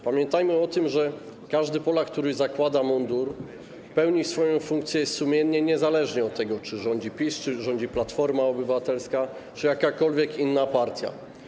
Pamiętajmy o tym, że każdy Polak, który zakłada mundur, pełni swoją funkcję sumiennie niezależnie od tego, czy rządzi PiS, czy rządzi Platforma Obywatelska, czy jakakolwiek inna partia.